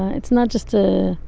it's not just to,